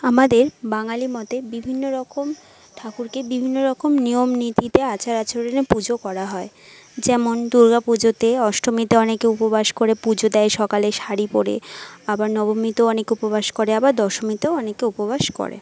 আমাদের বাঙালি মতে বিভিন্ন রকম ঠাকুরকে বিভিন্ন রকম নিয়ম নীতিতে আচার আচরণে পুজো করা হয় যেমন দুর্গা পুজোতে অষ্টমীতে অনেকে উপবাস করে পুজো দেয় সকালে শাড়ি পরে আবার নবমীতেও অনেকে উপবাস করে আবার দশমীতেও অনেকে উপবাস করে